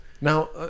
Now